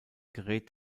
gerät